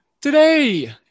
Today